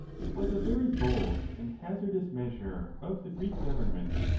it was a very bold and hazardous measure of the greek government,